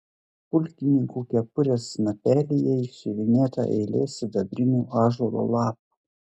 pulkininkų kepurės snapelyje išsiuvinėta eilė sidabrinių ąžuolo lapų